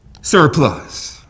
surplus